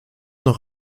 noch